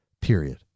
period